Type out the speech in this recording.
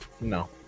No